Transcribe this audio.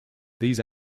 these